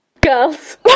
Girls